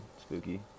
Spooky